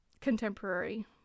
contemporary